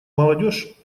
молодежь